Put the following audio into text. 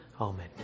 Amen